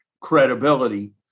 credibility